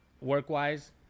work-wise